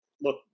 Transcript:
look